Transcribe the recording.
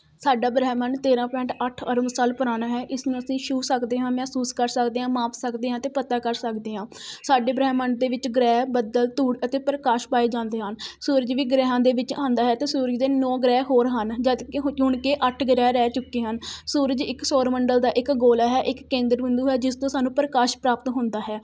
ਸਾਡਾ ਬ੍ਰਹਮੰਡ ਤੇਰ੍ਹਾਂ ਪੁਆਇੰਟ ਅੱਠ ਅਰਬ ਸਾਲ ਪੁਰਾਣਾ ਹੈ ਇਸਨੂੰ ਅਸੀਂ ਛੂਹ ਸਕਦੇ ਹਾਂ ਮਹਿਸੂਸ ਕਰ ਸਕਦੇ ਹਾਂ ਮਾਪ ਸਕਦੇ ਹਾਂ ਅਤੇ ਪਤਾ ਕਰ ਸਕਦੇ ਹਾਂ ਸਾਡੇ ਬ੍ਰਹਮੰਡ ਦੇ ਵਿੱਚ ਗ੍ਰਹਿ ਬੱਦਲ ਧੂੜ ਅਤੇ ਪ੍ਰਕਾਸ਼ ਪਾਏ ਜਾਂਦੇ ਹਨ ਸੂਰਜ ਵੀ ਗ੍ਰਹਿਆਂ ਦੇ ਵਿੱਚ ਆਉਂਦਾ ਹੈ ਅਤੇ ਸੂਰਜ ਦੇ ਨੌਂ ਗ੍ਰਹਿ ਹੋਰ ਹਨ ਜਦਕਿ ਹੁਣ ਕਿ ਅੱਠ ਗ੍ਰਹਿ ਰਹਿ ਚੁੱਕੇ ਹਨ ਸੂਰਜ ਇੱਕ ਸੌਰ ਮੰਡਲ ਦਾ ਇੱਕ ਗੋਲਾ ਹੈ ਇੱਕ ਕੇਂਦਰ ਬਿੰਦੂ ਹੈ ਜਿਸ ਤੋਂ ਸਾਨੂੰ ਪ੍ਰਕਾਸ਼ ਪ੍ਰਾਪਤ ਹੁੰਦਾ ਹੈ